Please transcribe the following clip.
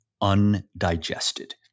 undigested